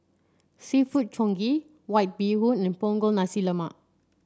seafood Congee White Bee Hoon and Punggol Nasi Lemak